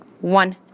one